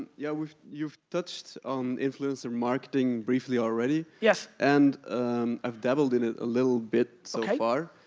yeah you've touched on influencer marketing briefly already. yes. and i've dabbled in it a little bit so far.